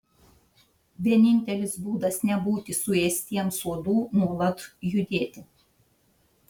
vienintelis būdas nebūti suėstiems uodų nuolat judėti